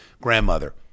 grandmother